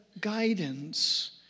guidance